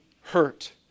hurt